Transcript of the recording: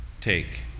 Take